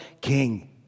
king